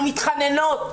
אנחנו מתחננות.